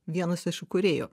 vienas iš įkūrėjų